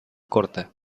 corta